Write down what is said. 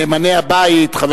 נאמני הבית: חבר